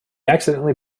accidentally